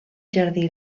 jardí